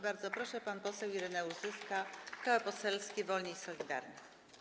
Bardzo proszę, pan poseł Ireneusz Zyska, Koło Poselskie Wolni i Solidarni.